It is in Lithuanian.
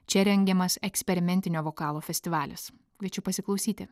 čia rengiamas eksperimentinio vokalo festivalis kviečiu pasiklausyti